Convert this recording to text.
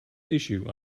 issue